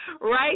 right